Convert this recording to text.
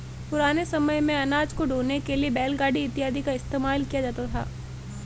पुराने समय मेंअनाज को ढोने के लिए बैलगाड़ी इत्यादि का इस्तेमाल किया जाता था